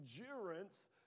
endurance